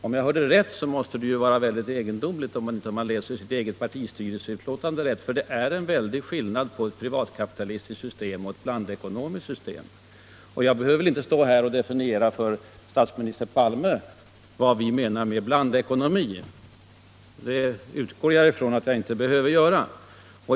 Om jag hörde rätt, måste det vara mycket egendomligt att herr Palme inte läser sitt eget partistyrelseutlåtande rätt. Det är ändå en väldig skillnad på ett privatkapitalistiskt system och ett blandekonomiskt system. Jag utgår ifrån att jag inte behöver stå här och definiera för statsminister Palem vad vi menar med blandekonomi.